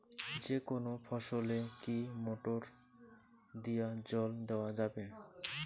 যেকোনো ফসলে কি মোটর দিয়া জল দেওয়া যাবে?